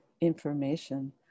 information